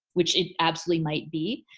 which it absolutely might be.